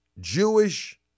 Jewish